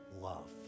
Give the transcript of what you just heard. love